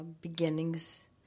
beginnings